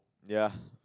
their